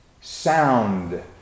sound